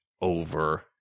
over